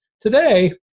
Today